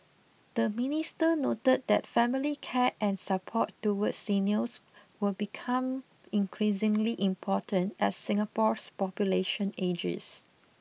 the minister noted that family care and support towards seniors will become increasingly important as Singapore's population ages